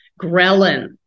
Ghrelin